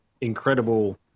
incredible